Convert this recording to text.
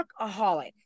workaholic